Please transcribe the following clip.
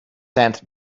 sent